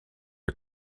her